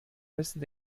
müssen